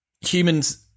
humans